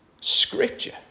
scripture